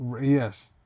Yes